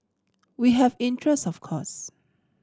we have interest of course